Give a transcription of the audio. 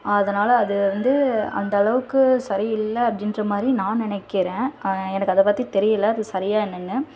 அதனால் அது வந்து அந்த அளவுக்கு சரி இல்லை அப்படின்ற மாதிரி நான் நினைக்கிறேன் எனக்கு அதை பற்றி தெரியலை அது சரியாக என்னன்னு